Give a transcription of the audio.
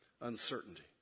Uncertainty